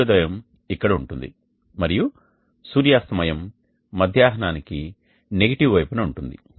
సూర్యోదయం ఇక్కడ ఉంటుంది మరియు సూర్యాస్తమయం మధ్యాహ్నానికి నెగిటివ్ వైపున ఉంటుంది